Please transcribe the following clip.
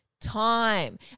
time